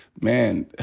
man,